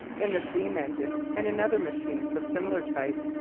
in the steam-engine and in other machines of similar type,